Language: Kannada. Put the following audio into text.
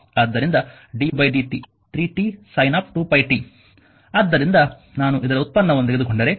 ಆದ್ದರಿಂದ ddt 3t sin 2πt ಆದ್ದರಿಂದ ನಾನು ಇದರ ಉತ್ಪನ್ನವನ್ನು ತೆಗೆದುಕೊಂಡರೆ